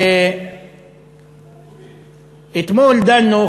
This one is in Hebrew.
אתמול דנו,